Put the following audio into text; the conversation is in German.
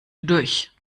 durch